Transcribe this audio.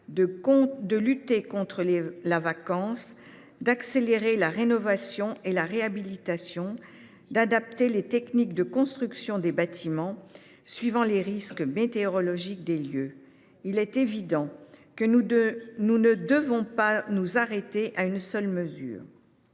de lutter contre la vacance, d’accélérer la rénovation et la réhabilitation ou d’adapter les techniques de construction des bâtiments selon les risques météorologiques locaux, il est évident que nous ne devons pas nous arrêter à une seule mesure.